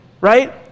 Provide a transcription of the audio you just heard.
right